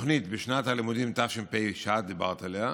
התוכנית בשנת הלימודים תש"ף, שאת דיברת עליה,